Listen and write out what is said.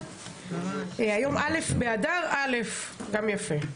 היום א' באדר א', גם יפה.